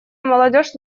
молодежь